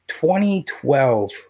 2012